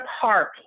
park